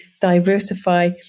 diversify